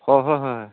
হয় হয় হয়